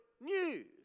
news